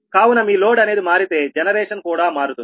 కావున మీ లోడ్ అనేది మారితే జనరేషన్ కూడా మారుతుంది